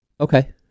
Okay